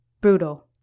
Brutal